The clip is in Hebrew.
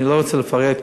אני לא רוצה לפרט,